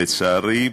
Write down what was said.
לצערי,